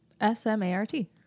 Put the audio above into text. S-M-A-R-T